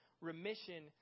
remission